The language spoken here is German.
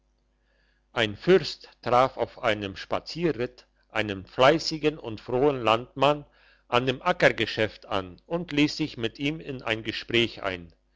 ein fürst traf auf einem spazierritt einen fleissigen und frohen landmann an dem ackergeschäft an und liess sich mit ihm in ein gespräch ein